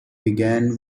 began